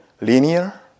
linear